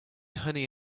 honey